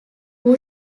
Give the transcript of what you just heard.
who